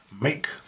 Make